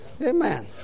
Amen